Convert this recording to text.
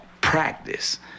practice